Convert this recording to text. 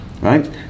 right